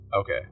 Okay